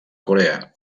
corea